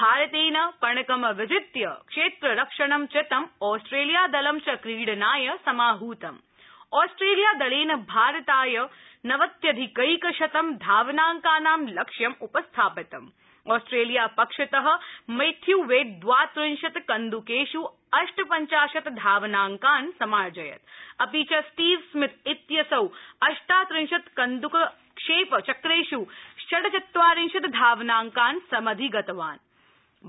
भारतेन पणकं विजित्य क्षेत्ररक्षणं चितम ऑस्ट्रेलिया दलं च क्रीडनाय समाहूतम ऑस्ट्रेलिया दलेन भारताय नवत्यधिकैकशतं धावनांकानां लक्ष्यं उपस्थापितम ऑस्ट्रेलिया पक्षत मैथ्यू वेड द्वात्रिंशत कन्दुकेषु अष्टपञ्चाशत धावनांकान समार्जयत अपि च स्टीव स्मिथ इत्यसौ अष्टात्रिंशत कन्द्रकक्षेप चक्रेष् षड् चत्वारिंशत धावनांकान समधिगतवान